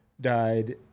died